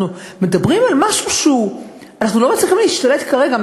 אנחנו מדברים על משהו שאנחנו לא מצליחים להשתלט עליו כרגע.